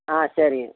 ஆ சரிங்க